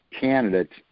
candidates